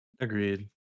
Agreed